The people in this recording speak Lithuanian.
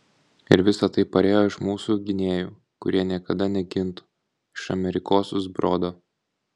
ir visa tai parėjo iš mūsų gynėjų kurie niekada negintų iš amerikosų zbrodo